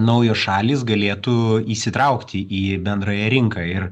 naujos šalys galėtų įsitraukti į bendrąją rinką ir